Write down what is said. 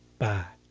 bye!